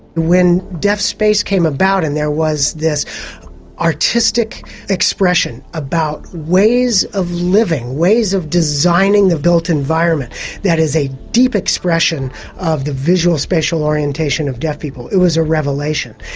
when deaf space came about, and there was this artistic expression about ways of living, ways of designing the built environment that is a deep expression of the visual, spatial orientation of deaf people, it was a revelation.